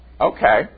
okay